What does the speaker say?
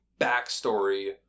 backstory